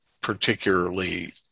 particularly